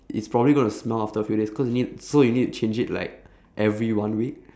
it's probably gonna smell after a few days cause you need so you need change it like every one week